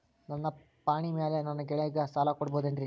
ನನ್ನ ಪಾಣಿಮ್ಯಾಲೆ ನನ್ನ ಗೆಳೆಯಗ ಸಾಲ ಕೊಡಬಹುದೇನ್ರೇ?